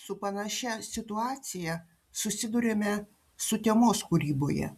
su panašia situacija susiduriame sutemos kūryboje